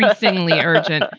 ah seemingly urgent.